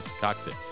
cockpit